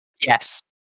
Yes